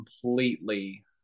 completely